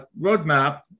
roadmap